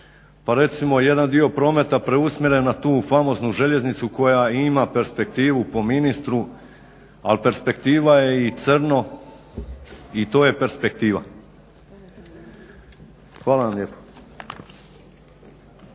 pa recimo jedan dio prometa preusmjere na tu famoznu željeznicu koja ima perspektivu po ministru, a perspektiva je i crno i to je perspektiva. Hvala vam lijepo.